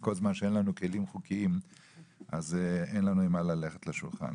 וכל זמן שאין לנו כלים חוקיים אין לנו עם מה ללכת לשולחן.